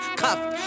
cuffed